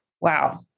Wow